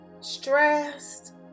stressed